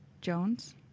Jones